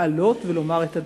ביכרתי לעלות ולומר את הדברים.